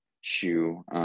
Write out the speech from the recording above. shoe